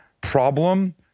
problem